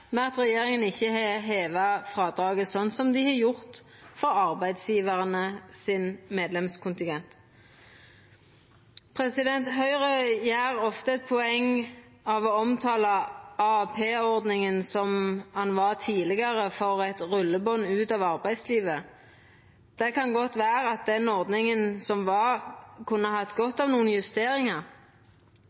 med at regjeringa ikkje har heva frådraget, slik som dei har gjort for arbeidsgjevarane sin medlemskontingent. Høgre gjer ofte ei poeng av å omtala AAP-ordninga slik ho var tidlegare, som eit «rulleband ut av arbeidslivet». Det kan godt vera at den ordninga som var, kunne hatt godt av nokre justeringar,